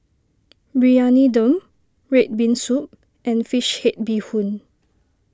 Briyani Dum Red Bean Soup and Fish Head Bee Hoon